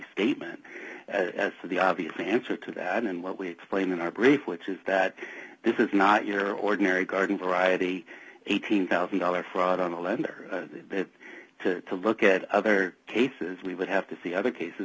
statement as to the obvious answer to that and what we explain in our brief which is that this is not your ordinary garden variety eighteen thousand dollars fraud on the lender to look at other cases we would have to see other cases